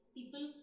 People